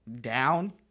down